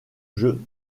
jeu